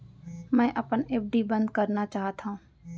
मै अपन एफ.डी बंद करना चाहात हव